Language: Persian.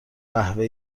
قهوه